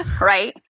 right